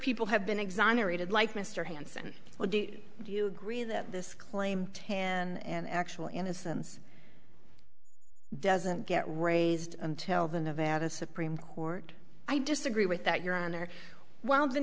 people have been exonerated like mr hanson do you agree that this claim ted and actual innocence doesn't get raised until the nevada supreme court i disagree with that your honor while the